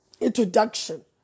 introduction